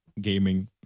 Gaming